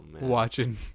watching